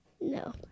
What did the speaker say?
No